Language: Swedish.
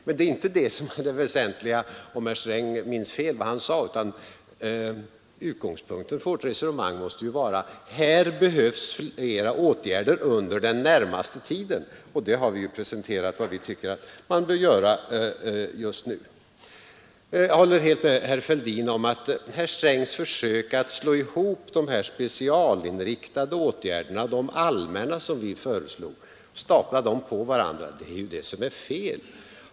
Men det väsentliga är inte om herr Sträng minns fel om vad han sade utan utgångspunkten för vårt resonemang måste ju vara att det behövs flera åtgärder under den närmaste tiden, och vi har ju preciserat vad vi tycker att man bör göra just nu. Jag håller helt med herr Fälldin om att herr Strängs försök att stapla de specialinriktade åtgärderna på de allmänna åtgärder som vi föreslog är felaktigt.